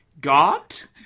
Got